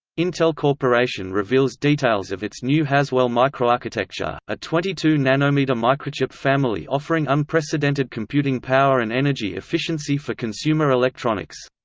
intel corporation reveals details of its new haswell microarchitecture, a twenty two nanometer microchip family offering unprecedented computing power and energy efficiency for consumer electronics.